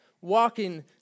walking